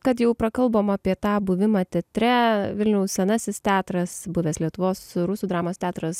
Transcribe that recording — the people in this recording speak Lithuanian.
kad jau prakalbom apie tą buvimą teatre vilniaus senasis teatras buvęs lietuvos rusų dramos teatras